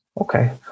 Okay